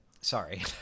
Sorry